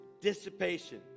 dissipation